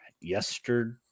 yesterday